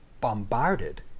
bombarded